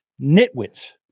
Nitwits